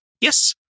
Yes